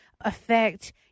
affect